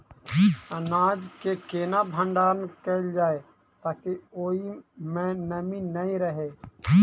अनाज केँ केना भण्डारण कैल जाए ताकि ओई मै नमी नै रहै?